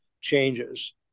changes